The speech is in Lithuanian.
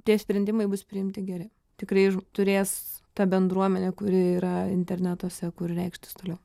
tie sprendimai bus priimti geri tikrai turės ta bendruomenė kuri yra internetuose kur reikštis toliau